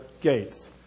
gates